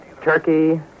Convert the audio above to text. Turkey